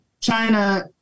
China